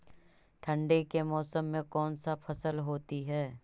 ठंडी के मौसम में कौन सा फसल होती है?